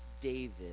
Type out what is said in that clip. David